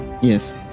Yes